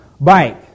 bike